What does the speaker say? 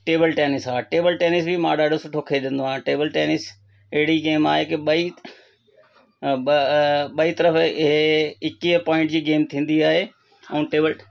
table tennis हा table tennis बि मां ॾाढो सुठो खेॾंदो आहियां टेबल टैनिस अहिड़ी गेम आहे की ॿई ॿ ॿई तरफ़ु हे एक्वीह पॉइंट जी गेम थींदी आहे ऐं टेबल